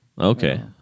Okay